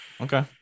okay